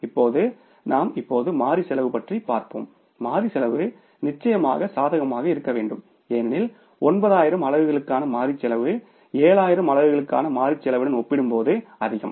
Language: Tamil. இப்போது நாம் இப்போது மாறி செலவு பற்றி பார்ப்போம் மாறி செலவு நிச்சயமாக சாதகமாக இருக்க வேண்டும் ஏனெனில் 9000 அலகுகளுக்கான மாறி செலவு 7000 அலகுகளுக்கான மாறி செலவுடன் ஒப்பிடும்போது அதிகம்